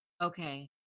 Okay